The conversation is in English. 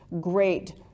great